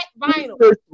vinyl